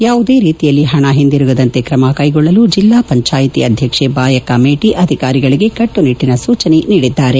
ಯಾವುದೇ ರೀತಿಯಲ್ಲಿ ಪಣ ಹಿಂದಿರುಗದಂತೆ ಕ್ರಮಕ್ಟೆಗೊಳ್ಳಲು ಜಿಲ್ಲಾ ಪಂಚಾಯಿತಿ ಅಧ್ಯಕ್ಷೆ ಬಾಯಕ್ಕ ಮೇಟ ಅಧಿಕಾರಿಗಳಿಗೆ ಕಟ್ಟನಿಟ್ಟನ ಸೂಚನೆ ನೀಡಿದ್ದಾರೆ